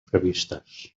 previstes